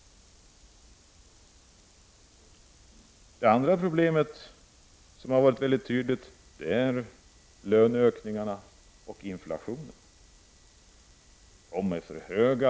Ett annat problem som har varit mycket tydligt är löneökningarna och inflationen.